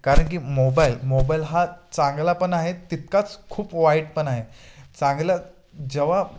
car की mobile mobile हा चांगला पण आहे तितकाच खूप वाईट पण आहे चांगलं जेव्हा